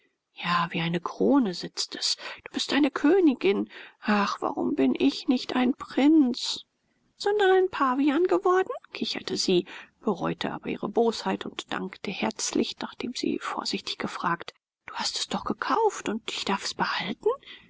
ja wie eine krone sitzt es du bist eine königin ach warum bin ich nicht ein prinz sondern ein pavian geworden kicherte sie bereute aber ihre bosheit und dankte herzlich nachdem sie vorsichtig gefragt du hast es doch gekauft und ich darf es behalten